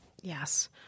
Yes